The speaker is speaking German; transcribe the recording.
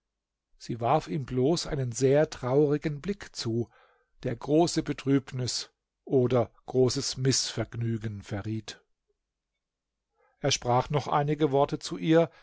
sie warf ihm bloß einen sehr traurigen blick zu der große betrübnis oder großes mißvergnügen verriet er sprach noch einige worte zu ihr